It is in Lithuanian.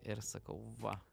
ir sakau va